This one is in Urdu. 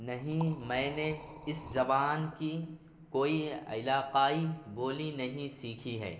نہیں میں نے اس زبان کی کوئی علاقائی بولی نہیں سیکھی ہے